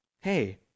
Hey